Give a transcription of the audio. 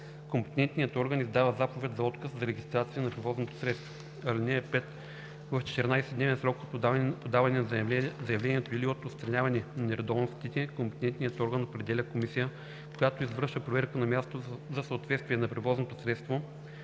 компетентният орган издава заповед за отказ за регистрация на превозното средство.